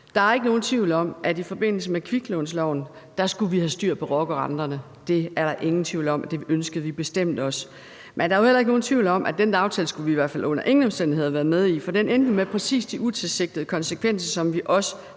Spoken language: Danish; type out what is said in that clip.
Der er ikke nogen tvivl om, at vi i forbindelse med kviklånsloven skulle have styr på rockerne og andre. Det er der ingen tvivl om, og det ønskede vi bestemt også. Men der er jo i hvert fald heller ikke nogen tvivl om, at vi under ingen omstændigheder skulle have været med i aftalen. For den endte jo med præcis de utilsigtede konsekvenser, som ikke